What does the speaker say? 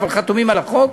אבל הם חתומים על החוק.